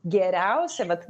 geriausia vat